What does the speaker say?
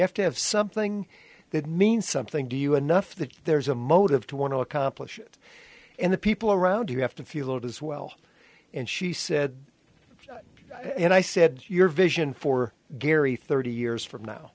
have to have something that means something to you enough that there's a motive to want to accomplish it and the people around you have to feel it as well and she said and i said your vision for gary thirty years from now